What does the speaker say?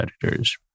predators